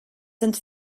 sind